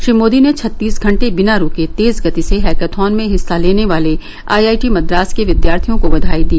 श्री मोदी ने छत्तीस घंटे बिना रूके तेज गति से हैकेथॉन में हिस्सा लेने वाले आईआईटी मद्रास के विद्यार्थियों को बधाई दी